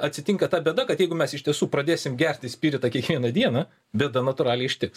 atsitinka ta bėda kad jeigu mes iš tiesų pradėsim gerti spiritą kiekvieną dieną bet natūraliai ištiks